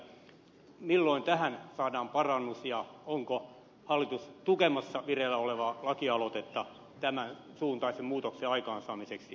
milloin tähän saadaan parannus ja onko hallitus tukemassa vireillä olevaa lakialoitetta tämän suuntaisen muutoksen aikaansaamiseksi isyyslakiin